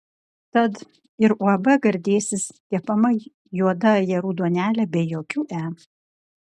tad ir uab gardėsis kepama juoda ajerų duonelė be jokių e